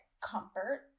comfort